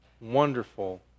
wonderful